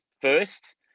first